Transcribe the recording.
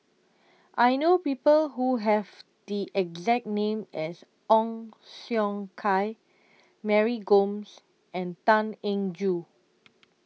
I know People Who Have The exact name as Ong Siong Kai Mary Gomes and Tan Eng Joo